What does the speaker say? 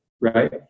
right